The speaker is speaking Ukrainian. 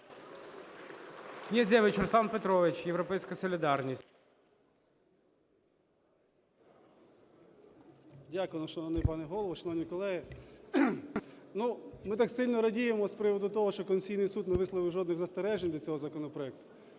Дякую. Шановний пане Голово, шановні колеги! Ми так сильно радіємо з приводу того, що Конституційний Суд не висловив жодних застережень до цього законопроекту,